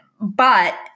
But-